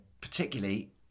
particularly